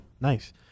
nice